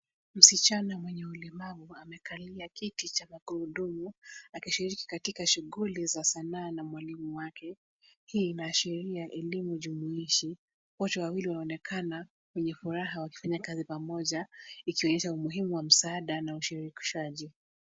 Msichana mwenye ulemavu amekalia kiti cha magurudumu akishiriki katika shughuli za sanaa na mwalimu wake. Hii inaashiria elimu jumuishi. Wote wawili wanaonekana wenye furaha wakifanya kazi pamoja, ikionyesha umuhimu wa msaada na ushirikishaji.